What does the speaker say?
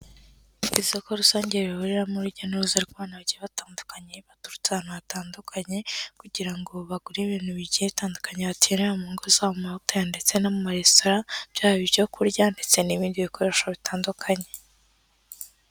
Isoko rusange rihuriramo urujya n'uruza rw'abantu bagiye batandukanye, baturutse ahantu hatandukanye kugira ngo bagure ibintu bigiye bitandukanye bakenera mu ngo zabo, mu mahoteri ndetse no mu maresitora, byaba ibyo kurya ndetse n'ibindi bikoresho bitandukanye.